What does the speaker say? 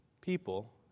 people